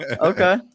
okay